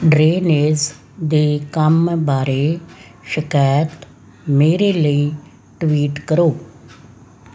drainage ਦੇ ਕੰਮ ਬਾਰੇ ਸ਼ਿਕਾਇਤ ਮੇਰੇ ਲਈ ਟਵੀਟ ਕਰੋ